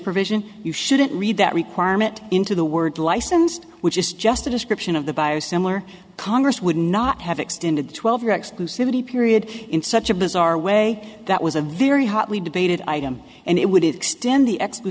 provision you shouldn't read that requirement into the word licensed which is just a description of the bios similar congress would not have extended the twelve year exclusivity period in such a bizarre way that was a very hotly debated item and it would extend the ex